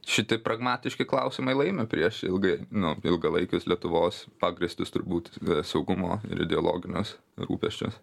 šiti pragmatiški klausimai laimi prieš ilgai nu ilgalaikius lietuvos pagrįstus turbūt saugumo ir ideologinius rūpesčius